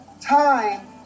Time